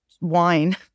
wine